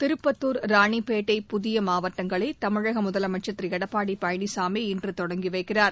திருப்பத்தூர் ராணிப்பேட்டை புதிய மாவட்டங்களை தமிழக முதலமைச்சர் திரு எடப்பாடி பழனிசாமி இன்று தொடங்கி வைக்கிறார்